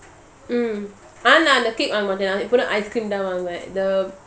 mm ஆனா:ana cake ice cream வேணும்:venum the uh condensed milk ice cream